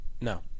No